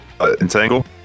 Entangle